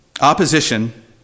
Opposition